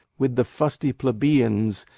with the fusty plebeians,